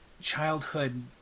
childhood